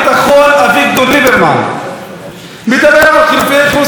אביגדור ליברמן מדבר על חילופי אוכלוסין.